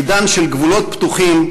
עידן של גבולות פתוחים,